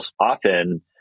often